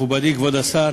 מכובדי כבוד השר,